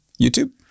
YouTube